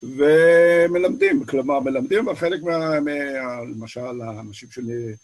ומלמדים, כלומר, מלמדים, אבל חלק מה... למשל, האנשים שלי...